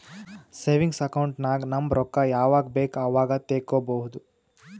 savings account ನಾಗ್ ನಮ್ ರೊಕ್ಕಾ ಯಾವಾಗ ಬೇಕ್ ಅವಾಗ ತೆಕ್ಕೋಬಹುದು